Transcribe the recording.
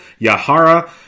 Yahara